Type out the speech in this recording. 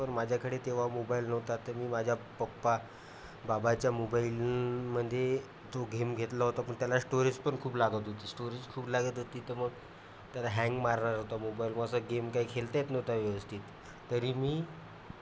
पण माझ्याकडे तेव्हा मोबाईल नव्हता तर मी माझ्या पप्पा बाबाच्या मोबाईलमध्ये तो गेम घेतला होता पण त्याला स्टोरेज पण खूप लागत होती स्टोरेज खूप लागत होती तर मग त्याला हँग मारणार होता मोबाईल मग असा गेम काही खेळता येत नव्हता व्यवस्थित तरी मी